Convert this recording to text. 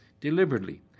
deliberately